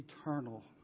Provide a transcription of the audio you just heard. eternal